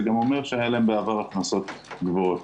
זה גם אומר שהיו להם בעבר הכנסות גבוהות.